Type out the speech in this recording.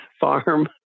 farm